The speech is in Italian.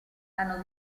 hanno